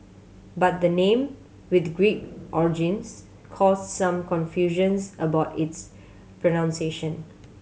but the name with Greek origins cause some confusions about its pronunciation